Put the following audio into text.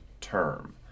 term